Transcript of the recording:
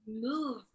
move